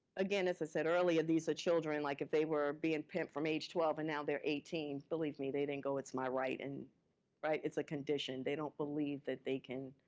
again, as i said earlier, these are children, like if they were being pimped from age twelve and no they're eighteen, believe me, they didn't go, it's my right. and it's a condition. they don't believe that they can.